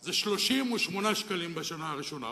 זה 38 שקלים בשנה הראשונה,